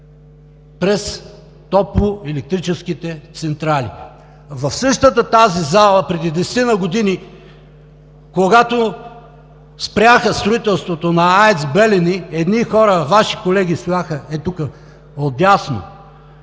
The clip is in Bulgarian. през топлоелектрическите централи. В същата тази зала преди десетина години, когато спряха строителството на АЕЦ „Белене“, едни хора – Ваши колеги, стояха ей тук, отдясно,